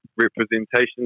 representation